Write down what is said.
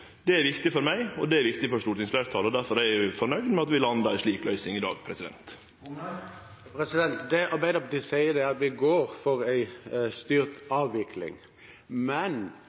Det er viktig for meg, og det er viktig for stortingsfleirtalet. Difor er eg nøgd med at vi landar ei slik løysing i dag. Det Arbeiderpartiet sier, er at vi går for en styrt avvikling,